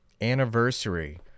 anniversary